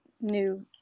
new